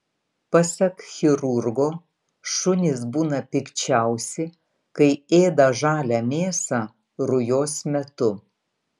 pasak chirurgo šunys būna pikčiausi kai ėda žalią mėsą rujos metu